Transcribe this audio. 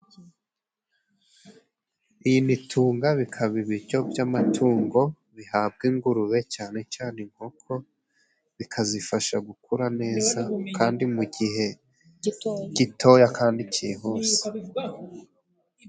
Iyi ni tunga, bikaba ibiryo by'amatungo bihabwa ingurube cyane cyane inkoko bikazifasha gukura neza kandi mu gihe gitoya kandi cyihuse.